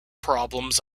problems